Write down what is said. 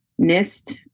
NIST